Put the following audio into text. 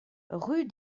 rue